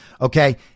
okay